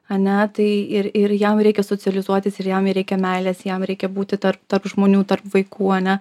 ane tai ir ir jam reikia socializuotis ir jam reikia meilės jam reikia būti tarp tarp žmonių tarp vaikų ane